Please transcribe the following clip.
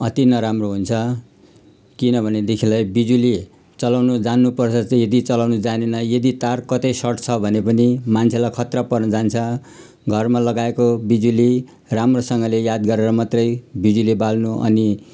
अति नराम्रो हुन्छ किनभनेदेखिलाई बिजुली चलाउनु जान्नु पर्छ यदि चलाउनु जानेन यदि तार कतै सर्ट छ भने पनि मान्छेलाई खतरा पर्नु जान्छ घरमा लगाएको बिजुली राम्रोसँगले याद गरेर मात्रै बिजुली बाल्नु अनि